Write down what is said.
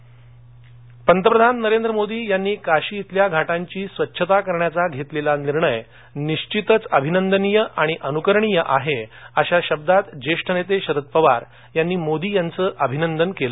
शरद पवार पंतप्रधान नरेंद्र मोदी यांनी काशी इथल्या घाटांची स्वच्छता करण्याचा घेतलेला निर्णय निश्वितच अभिनंदनीय आणि अनुकरणीय आहे अशा शब्दात ज्येष्ठ नेते शरद पवार यांनी मोदी यांचं अभिनंदन केलं